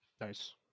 Nice